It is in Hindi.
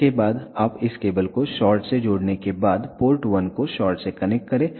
इसके बाद आप इस केबल को शॉर्ट से जोड़ने के बाद पोर्ट 1 को शॉर्ट से कनेक्ट करें